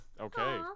Okay